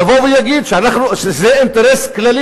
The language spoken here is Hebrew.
יבוא ויגיד שזה אינטרס כללי,